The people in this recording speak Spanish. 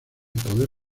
poder